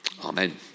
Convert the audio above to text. Amen